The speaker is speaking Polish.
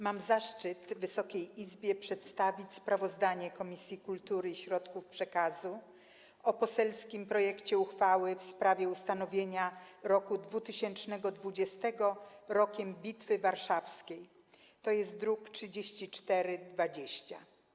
Mam zaszczyt Wysokiej Izbie przedstawić sprawozdanie Komisji Kultury i Środków przekazu o poselskim projekcie uchwały w sprawie ustanowienia roku 2020 Rokiem Bitwy Warszawskiej, to jest druk nr 3420.